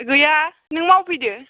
गैया नों मावफैदो